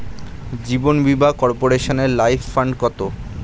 জীবন বীমা কর্পোরেশনের life fund কত?